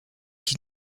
qui